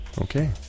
Okay